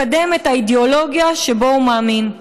לקדם את האידיאולוגיה שבה הוא מאמין.